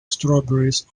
strawberries